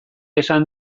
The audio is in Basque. esan